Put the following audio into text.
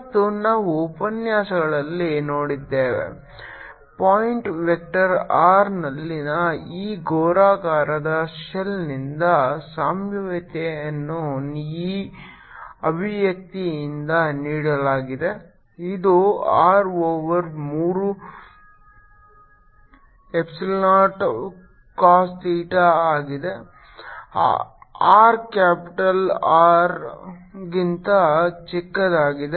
ಮತ್ತು ನಾವು ಉಪನ್ಯಾಸಗಳಲ್ಲಿ ನೋಡಿದ್ದೇವೆ ಪಾಯಿಂಟ್ ವೆಕ್ಟರ್ r ನಲ್ಲಿನ ಈ ಗೋಳಾಕಾರದ ಶೆಲ್ನಿಂದ ಸಂಭಾವ್ಯತೆಯನ್ನು ಈ ಅಭಿವ್ಯಕ್ತಿಯಿಂದ ನೀಡಲಾಗಿದೆ ಇದು r ಓವರ್ ಮೂರು ಎಪ್ಸಿಲಾನ್ ನಾಟ್ cos ಥೀಟಾ ಆಗಿದೆ r ಕ್ಯಾಪಿಟಲ್ R ಗಿಂತ ಚಿಕ್ಕದಾಗಿದೆ